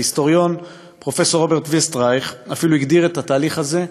ההיסטוריון פרופסור רוברט ויסטריך אפילו הגדיר את התהליך הזה,